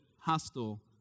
hostile